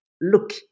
look